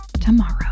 tomorrow